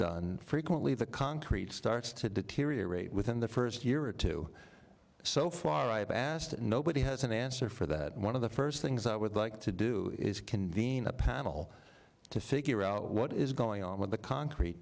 done frequently the concrete starts to deteriorate within the st year or two so far i've asked that nobody has an answer for that one of the st things i would like to do is convene a panel to figure out what is going on with the concrete